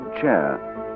chair